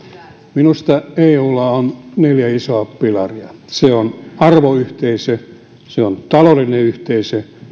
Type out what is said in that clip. minusta eulla on neljä isoa pilaria se on arvoyhteisö se se on taloudellinen yhteisö